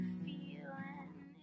feeling